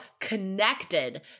connected